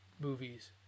movies